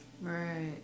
right